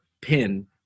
pin